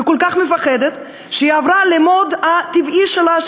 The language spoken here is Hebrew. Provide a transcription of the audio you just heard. היא כל כך מפחדת שהיא עברה ל-mode הטבעי שלה,